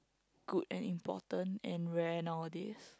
good and important and rare nowadays